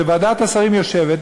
שוועדת השרים יושבת,